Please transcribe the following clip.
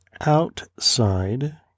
outside